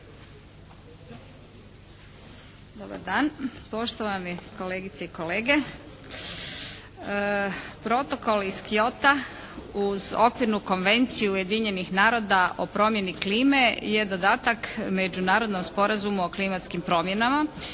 Dobar dan poštovani kolegice i kolege. Protokol iz Kyota uz Okvirnu konvenciju Ujedinjenih naroda o promjeni klime je dodatak međunarodnog Sporazuma o klimatskim promjenama